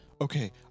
Okay